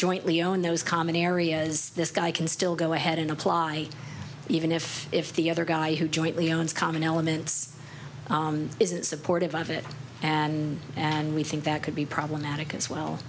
jointly own those common areas this guy can still go ahead and apply even if if the other guy who jointly owns common elements isn't supportive of it and and we think that could be problematic as well